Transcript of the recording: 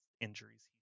injuries